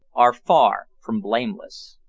are far from blameless.